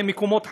ומקומות חניה,